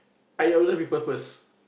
I observe people first